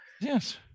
Yes